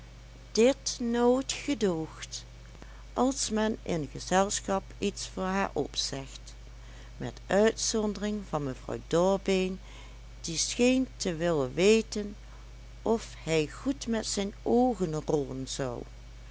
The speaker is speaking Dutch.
dit nooit gedoogt als men in gezelschap iets voor haar opzegt met uitzondering van mevrouw dorbeen die scheen te willen weten of hij goed met zijn oogen rollen zou